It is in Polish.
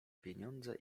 pieniądze